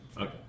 Okay